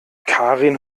karin